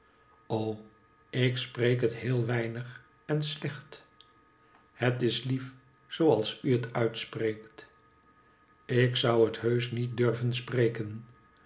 o ik spreek het heel weinig en slecht het is lief zoo als u het uitspreekt ik zou het heusch niet durven spreken